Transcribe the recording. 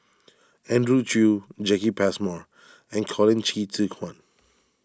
Andrew Chew Jacki Passmore and Colin Qi Zhe Quan